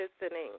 listening